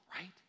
right